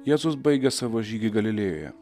jėzus baigė savo žygį galilėjoje